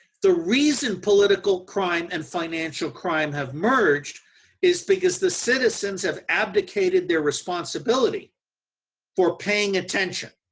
the reason political crime and financial crime have merged is because the citizens have abdicated their responsibility for paying attention.